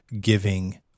giving